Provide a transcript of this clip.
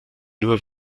nur